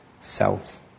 selves